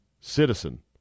Citizen